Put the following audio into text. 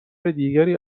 دیگری